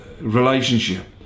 relationship